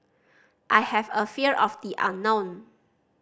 I have a fear of the unknown